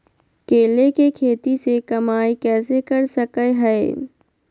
केले के खेती से कमाई कैसे कर सकय हयय?